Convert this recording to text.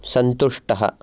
सन्तुष्टः